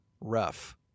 rough